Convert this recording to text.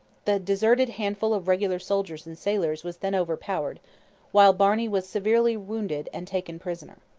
the deserted handful of regular soldiers and sailors was then overpowered while barney was severely wounded and taken prisoner.